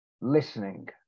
Listening